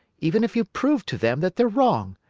even if you prove to them that they're wrong,